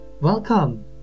Welcome